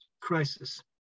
crisis